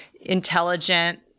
intelligent